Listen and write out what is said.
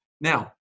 now